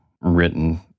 written